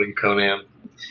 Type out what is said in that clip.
Conan